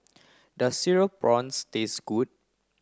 does cereal prawns taste good